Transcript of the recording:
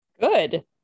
good